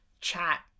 chat